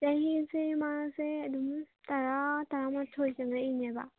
ꯆꯍꯤꯁꯦ ꯃꯥꯁꯦ ꯑꯗꯨꯝ ꯇꯔꯥ ꯇꯔꯥꯃꯥꯊꯣꯏ ꯆꯪꯉꯛꯏꯅꯦꯕ